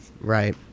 Right